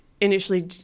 initially